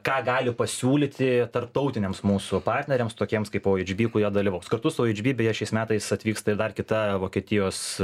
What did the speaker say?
ką gali pasiūlyti tarptautiniams mūsų partneriams tokiems kaip ohb kurie dalyvaus kartu su ohb beje šiais metais atvyksta ir dar kita vokietijos